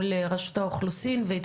רשות האוכלוסין וההגירה,